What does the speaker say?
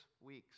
weeks